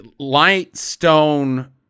Lightstone